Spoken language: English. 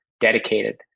dedicated